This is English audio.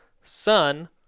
sun